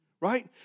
Right